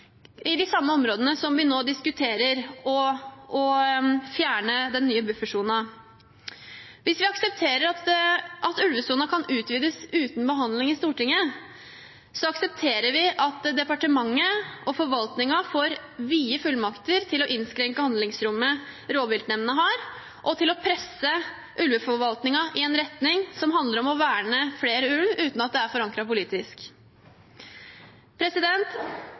de områdene hvor vi nå diskuterer å fjerne den nye buffersonen. Hvis vi aksepterer at ulvesonen kan utvides uten behandling i Stortinget, aksepterer vi at departementet og forvaltningen får vide fullmakter til å innskrenke handlingsrommet rovviltnemndene har, og til å presse ulveforvaltningen i en retning som handler om å verne flere ulv – uten at det er forankret politisk.